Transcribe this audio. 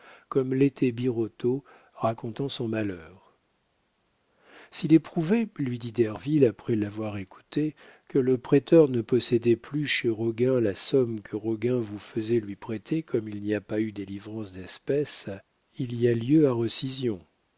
comme l'était birotteau racontant son malheur s'il est prouvé lui dit derville après l'avoir écouté que le prêteur ne possédait plus chez roguin la somme que roguin vous faisait lui prêter comme il n'y a pas eu délivrance d'espèces il y a lieu à